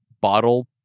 Bottle